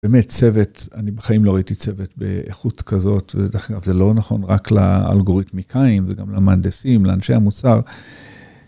באמת צוות, אני בחיים לא ראיתי צוות באיכות כזאת, וזה לא נכון רק לאלגוריתמיקאים, זה גם למהנדסים, לאנשי המוסר.